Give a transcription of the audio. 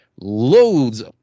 Loads